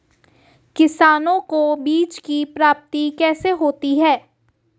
किसानों को बीज की प्राप्ति कैसे होती है?